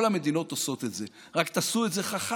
כל המדינות עושות את זה, רק תעשו את זה חכם.